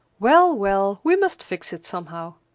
well, well, we must fix it somehow.